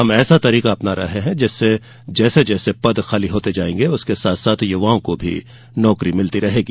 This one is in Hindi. हम ऐसा तरीका अपना रहे हैं जिससे जैसे जैसे पद खाली होते जायेंगे उसके साथ साथ युवाओं को नौकरी मिलती रहेगी